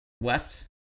left